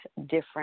different